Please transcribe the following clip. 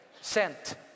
Sent